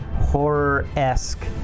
horror-esque